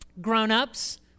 Grown-ups